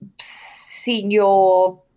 senior